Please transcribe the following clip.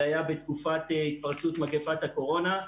זה היה בתקופת התפרצות מגפת הקורונה.